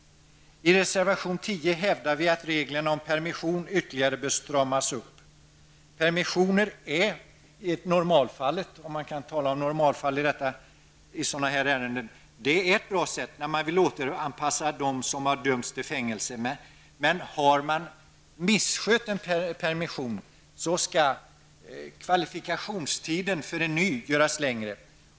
I reservation nr 10 hävdar vi att reglerna om permission bör ytterligare stramas upp. Permissionen är i normalfallet -- om man kan tala om normalfall i sådana här ärenden -- ett bra sätt när man vill återanpassa dem som har dömts till fängelse. Men har man misskött en permission skall kvalifikationstiden för en ny göras längre.